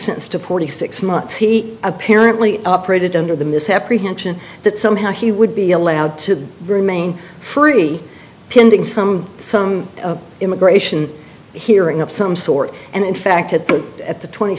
sentenced to forty six months he apparently operated under the misapprehension that somehow he would be allowed to remain free pending some some immigration hearing of some sort and in fact at the at the twenty